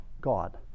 God